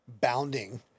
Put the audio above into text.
bounding